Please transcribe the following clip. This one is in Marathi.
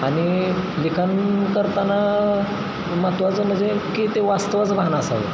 आणि लिखाण करताना महत्त्वाचं म्हणजे की ते वास्तवाचं भान असावं